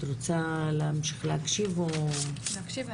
את רוצה להמשיך להקשיב או --- להקשיב,